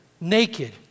naked